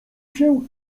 się